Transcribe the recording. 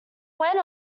went